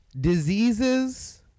diseases-